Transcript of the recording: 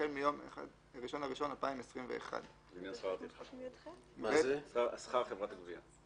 החל מיום 1.1.2021. זה לעניין שכר חברת הגבייה.